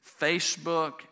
Facebook